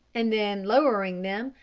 and then, lowering them,